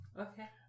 Okay